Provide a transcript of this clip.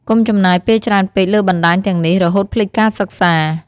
កុំចំណាយពេលច្រើនពេកលើបណ្តាញទាំងនេះ រហូតភ្លេចការសិក្សា។